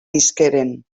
visqueren